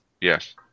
Yes